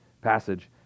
passage